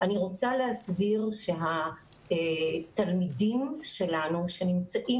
אני רוצה להסביר שהתלמידים שלנו שנמצאים